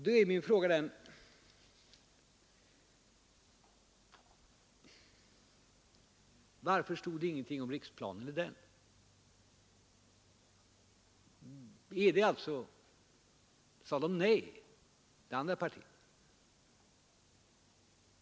Då är min fråga: Varför stod det ingenting om riksplanen i den? Sade det andra partiet nej?